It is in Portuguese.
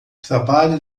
trabalho